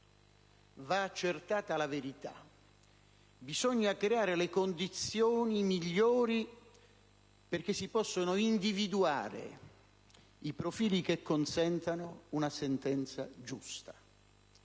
Va accertata la verità. Bisogna creare le condizioni migliori perché si possano individuare i profili che consentono una sentenza giusta,